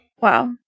Wow